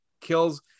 kills